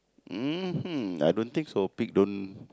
mhm I don't think so pig don't